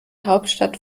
hauptstadt